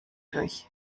durch